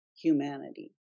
humanity